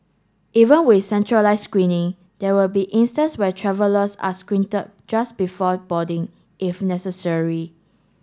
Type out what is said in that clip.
even with centralised screening there will be instance where travellers are screen just before boarding if necessary